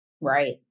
Right